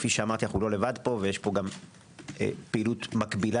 כאמור אנחנו לא לבד פה ויש פעילות מקבילה